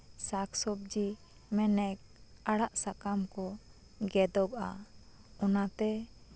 ᱥᱟᱠ ᱥᱚᱵᱡᱤ ᱢᱮᱱᱮᱠ ᱟᱲᱟᱜ ᱥᱟᱠᱟᱢ ᱠᱚ ᱜᱮᱫᱚᱜᱼᱟ ᱚᱱᱟᱛᱮ